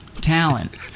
Talent